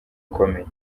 ukomeye